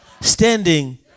standing